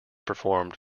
performed